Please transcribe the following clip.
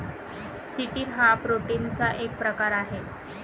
chitin हा प्रोटीनचा एक प्रकार आहे